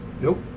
Nope